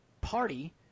party